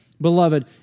Beloved